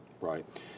Right